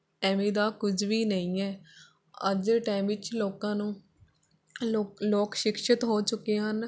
ਇਵੇਂ ਦਾ ਕੁਝ ਵੀ ਨਹੀਂ ਹੈ ਅੱਜ ਦੇ ਟਾਈਮ ਵਿੱਚ ਲੋਕਾਂ ਨੂੰ ਲੋਕ ਲੋਕ ਸ਼ਿਕਸ਼ਿਤ ਹੋ ਚੁੱਕੇ ਹਨ